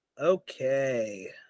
Okay